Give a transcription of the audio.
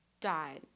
died